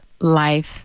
life